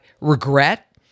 regret